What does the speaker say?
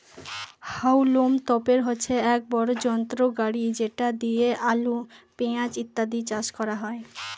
হাউলম তোপের হচ্ছে এক বড় যন্ত্র গাড়ি যেটা দিয়ে আলু, পেঁয়াজ ইত্যাদি চাষ করা হয়